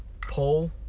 Pull